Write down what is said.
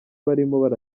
barimo